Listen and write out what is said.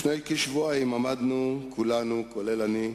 לפני כשבועיים עמדנו כולנו, גם אני,